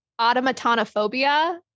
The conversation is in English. automatonophobia